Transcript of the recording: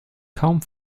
kaum